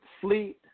fleet